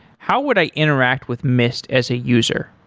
how would i interact with mist as a user?